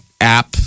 app